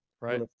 Right